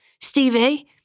Stevie